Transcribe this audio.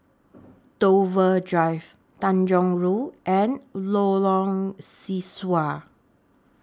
Dover Drive Tanjong Rhu and Lorong Sesuai